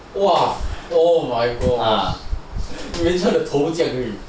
!wah! oh my gosh that means 他的头这样而已